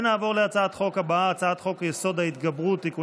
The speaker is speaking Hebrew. ההצעה התקבלה ותעבור לוועדת החוקה,